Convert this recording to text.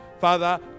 Father